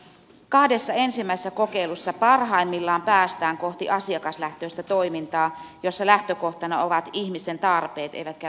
kahdessa ensimmäisessä kokeilussa parhaimmillaan päästään kohti asiakaslähtöistä toimintaa jossa lähtökohtana ovat ihmisten tarpeet eivätkä pykälät